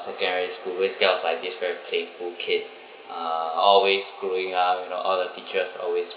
secondary school which kind of like this very playful kid uh always screwing up you know all the teachers always